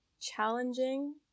challenging